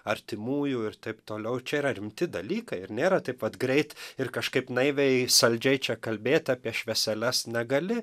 artimųjų ir taip toliau čia yra rimti dalykai ir nėra taip vat greit ir kažkaip naiviai saldžiai čia kalbėt apie švieseles negali